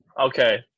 okay